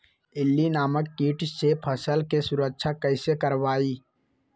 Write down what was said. इल्ली नामक किट से फसल के सुरक्षा कैसे करवाईं?